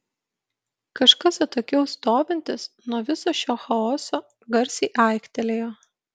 kažkas atokiau stovintis nuo viso šio chaoso garsiai aiktelėjo